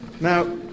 Now